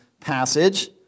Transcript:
passage